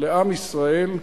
לעם ישראל,